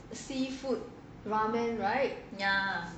seafood ramen right